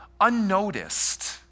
unnoticed